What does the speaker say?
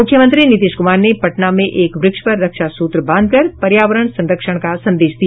मुख्यमंत्री नीतीश कुमार ने पटना में एक वृक्ष पर रक्षा सूत्र बांधकर पर्यावरण संरक्षण का संदेश दिया